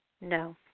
No